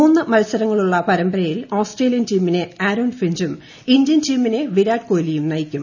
മൂന്നു മത്സരങ്ങളുള്ള പരമ്പരയിൽ ഓസ്ട്രേലിയൻ ടീമിനെ ആരോൺ ഫിഞ്ചും ഇന്ത്യൻ ടീമിനെ വിരാട് കോലിയും നയിക്കും